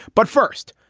but first,